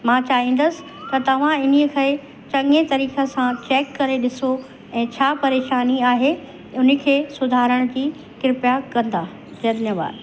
मां चाहींदसि त तव्हां इन ई खे चङीअ तरीक़े सां चेक करे ॾिसो ऐं छा परेशानी आहे उन खे सुधारण जी कृपया कंदा धन्यवाद